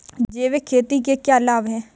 जैविक खेती के क्या लाभ हैं?